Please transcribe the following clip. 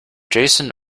jason